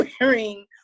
wearing